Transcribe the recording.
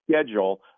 schedule